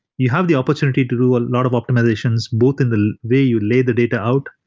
you have the opportunity to do a lot of optimizations, both in the way you lay the data out,